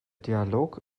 dialog